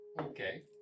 Okay